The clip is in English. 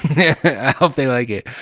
hope they like it.